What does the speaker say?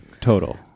total